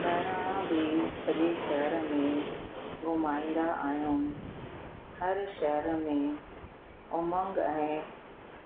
बहिराणा बि सॼे शहर में घुमाईंदा आयूं हर शहर में उमंग ऐं